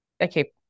Okay